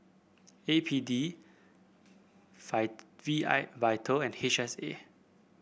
A P D V I Vital and H S A